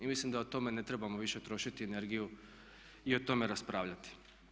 I mislim da o tome ne trebamo više trošiti energiju i o tome raspravljati.